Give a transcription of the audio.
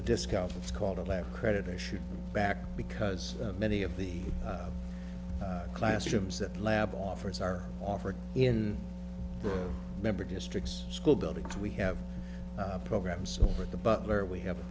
a discount it's called a lab credit issue back because many of the classrooms that lab offers are offered in member districts school buildings we have programs over the butler we have a